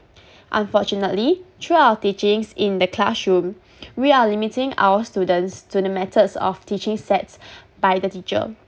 unfortunately through our teachings in the classroom we are limiting our students to the methods of teaching sets by the teacher